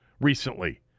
recently